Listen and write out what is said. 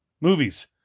movies